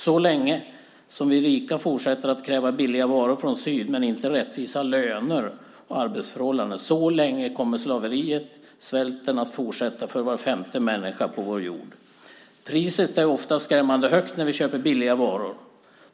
Så länge som vi rika fortsätter att kräva billiga varor från syd men inte rättvisa löner och arbetsförhållanden kommer slaveriet och svälten att fortsätta för var femte människa på vår jord. Priset är ofta skrämmande högt när vi köper billiga varor.